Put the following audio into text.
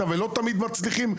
ולא תמיד מצליחים.